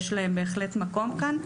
יש להן בהחלט מקום כאן.